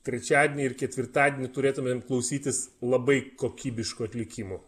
trečiadienį ir ketvirtadienį turėtumėm klausytis labai kokybiškų atlikimų